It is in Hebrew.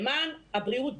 למען הבריאות,